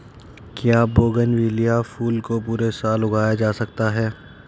क्या बोगनविलिया फूल को पूरे साल उगाया जा सकता है?